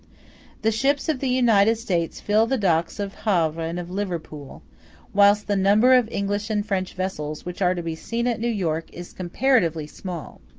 the ships of the united states fill the docks of havre and of liverpool whilst the number of english and french vessels which are to be seen at new york is comparatively small.